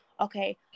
okay